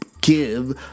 give